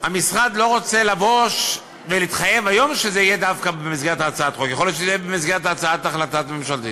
המשרד אינו רוצה לבוא ולהתחייב היום שזה יהיה דווקא במסגרת הצעת חוק.